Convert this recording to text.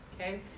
okay